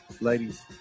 Ladies